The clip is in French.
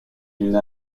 d’une